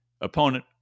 opponent